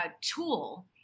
tool